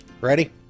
Ready